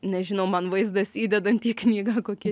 nežinau man vaizdas įdedant į knygą kokią